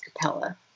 capella